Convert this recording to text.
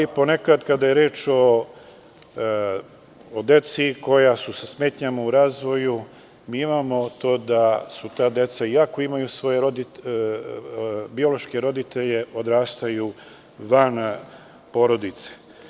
Ponekad kada je reč o deci koja su sa smetnjama u razvoju, imamo to da su ta deca iako imaju svoje biološke roditelje odrastaju van porodice.